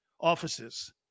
offices